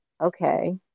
okay